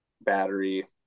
battery